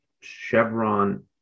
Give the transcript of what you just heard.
Chevron